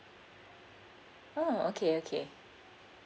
oh okay okay